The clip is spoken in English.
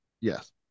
Yes